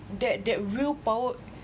that that willpower